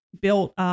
built